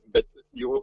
bet jų